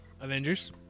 Avengers